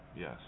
Yes